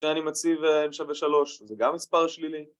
ואני מציב N שווה שלוש, ‫זה גם מספר שלילי.